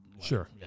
Sure